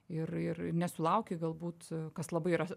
ir ir nesulauki galbūt kas labai yra